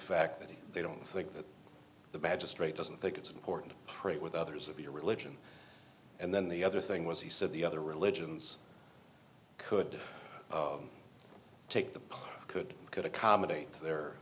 fact that they don't think that the magistrate doesn't think it's important pray with others of your religion and then the other thing was he said the other religions could take the could could accommodate their